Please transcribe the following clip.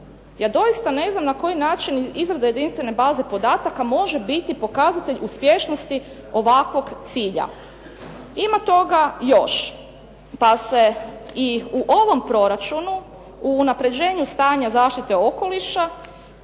Ja doista ne znam na koji način izrada jedinstvene baze podataka može biti pokazatelj uspješnosti ovakvog cilja. Ima toga još, pa se i u ovom proračunu u unapređenju stanja zaštite okoliša